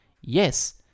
Yes